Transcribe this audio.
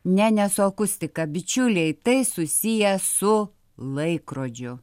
ne ne su akustika bičiuliai tai susiję su laikrodžiu